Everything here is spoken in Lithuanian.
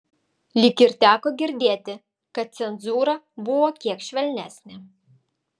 lyg ir teko girdėti kad cenzūra buvo kiek švelnesnė